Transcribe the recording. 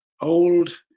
old